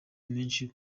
menshi